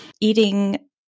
Eating